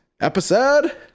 Episode